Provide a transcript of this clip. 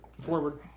Forward